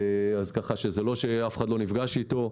אז זה לא שאף אחד לא נפגש איתו.